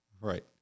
Right